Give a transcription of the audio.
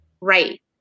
right